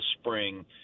spring